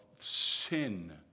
sin